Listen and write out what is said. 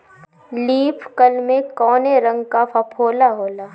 Leaf curl में कौने रंग का फफोला होला?